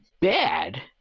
bad